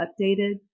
updated